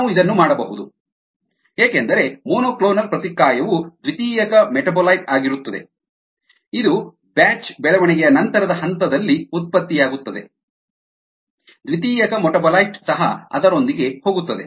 ನಾವು ಇದನ್ನು ಮಾಡಬಹುದು ಏಕೆಂದರೆ ಮೊನೊಕ್ಲೋನಲ್ ಪ್ರತಿಕಾಯವು ದ್ವಿತೀಯಕ ಮೆಟಾಬೊಲೈಟ್ ಆಗಿರುತ್ತದೆ ಇದು ಬ್ಯಾಚ್ ಬೆಳವಣಿಗೆಯ ನಂತರದ ಹಂತದಲ್ಲಿ ಉತ್ಪತ್ತಿಯಾಗುತ್ತದೆ ದ್ವಿತೀಯಕ ಮೆಟಾಬೊಲೈಟ್ ಸಹ ಅದರೊಂದಿಗೆ ಹೋಗುತ್ತದೆ